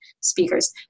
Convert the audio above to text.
speakers